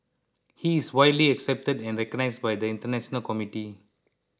he is widely accepted and recognized by the international community